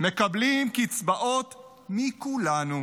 מקבלים קצבאות מכולנו.